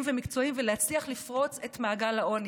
ומקצועיים ולהצליח לפרוץ את מעגל העוני.